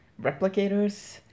replicators